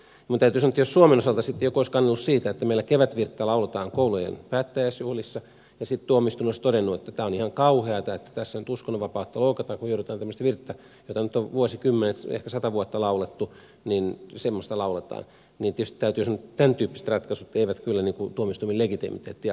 minun täytyy sanoa että jos suomen osalta sitten joku olisi kannellut siitä että meillä kevätvirttä lauletaan koulujen päättäjäisjuhlissa ja sitten tuomioistuin olisi todennut että tämä on ihan kauheata että tässä nyt uskonnonvapautta loukataan kun joudutaan tämmöistä virttä laulamaan jota nyt on vuosikymmenet ehkä sata vuotta laulettu niin tietysti täytyy sanoa että tämän tyyppiset ratkaisut eivät kyllä niin kuin tuomioistuimen legitimiteettiä vahvista